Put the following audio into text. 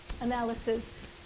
analysis